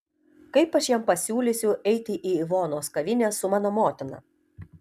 kaip aš jam pasiūlysiu eiti į ivonos kavinę su mano motina